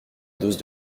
dose